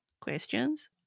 Questions